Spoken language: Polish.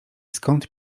skąd